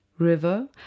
River